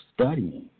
studying